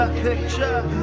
picture